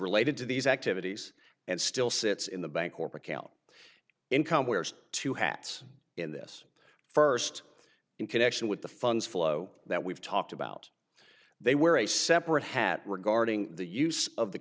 related to these activities and still sits in the bank or percale income where two hats in this first in connection with the funds flow that we've talked about they were a separate hat regarding the use of the